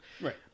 Right